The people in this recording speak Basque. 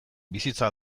bizitza